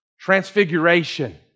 Transfiguration